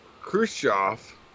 Khrushchev